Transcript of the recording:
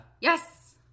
yes